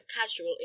casual